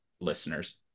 listeners